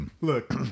look